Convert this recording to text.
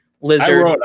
lizard